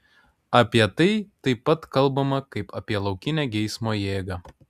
apie tai taip pat kalbama kaip apie laukinę geismo jėgą